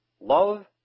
Love